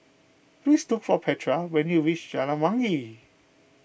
please look for Petra when you reach Jalan Wangi